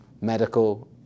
medical